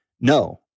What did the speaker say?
No